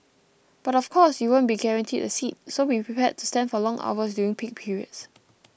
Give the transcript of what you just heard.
but of course you won't be guaranteed a seat so be prepared to stand for long hours during peak periods